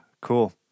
Cool